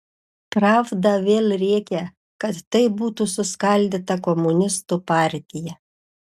pravda vėl rėkia kad taip būtų suskaldyta komunistų partija